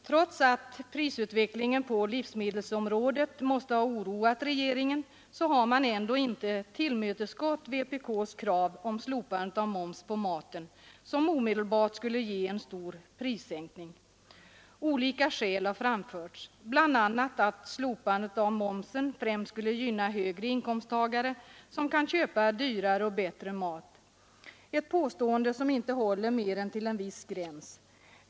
Trots att prisutvecklingen på livsmedelsområdet måste ha oroat regeringen har man ändå inte tillmötesgått vpk:s krav på slopandet av moms på maten, som omedelbart skulle ge en stor prissänkning. Olika skäl har framförts, bl.a. att slopandet av momsen främst skulle gynna högre inkomsttagare, som kan köpa dyrare och bättre mat — ett påstående som inte håller mer än till en viss gräns.